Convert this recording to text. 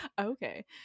okay